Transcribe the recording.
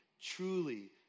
Truly